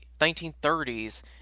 1930s